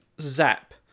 Zap